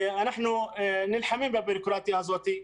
אנחנו נלחמים בביורוקרטיה הזאת,